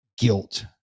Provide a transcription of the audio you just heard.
guilt